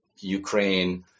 Ukraine